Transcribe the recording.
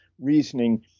reasoning